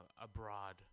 abroad